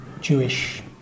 Jewish